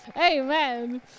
Amen